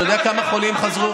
כמה חולים חזרו